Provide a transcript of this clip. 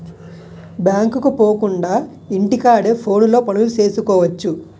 బ్యాంకుకు పోకుండా ఇంటి కాడే ఫోనులో పనులు సేసుకువచ్చు